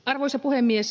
arvoisa puhemies